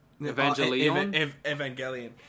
Evangelion